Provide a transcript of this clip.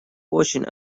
очень